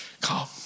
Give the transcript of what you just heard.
Come